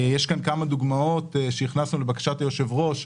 יש כאן כמה דוגמאות, שהכנסנו לבקשת היושב-ראש,